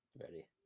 ready